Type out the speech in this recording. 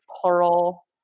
plural